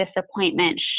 disappointment